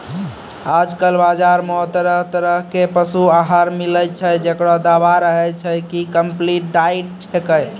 आजकल बाजार मॅ तरह तरह के पशु आहार मिलै छै, जेकरो दावा रहै छै कि कम्पलीट डाइट छेकै